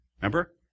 Remember